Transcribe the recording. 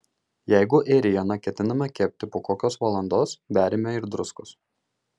jeigu ėrieną ketiname kepti po kokios valandos beriame ir druskos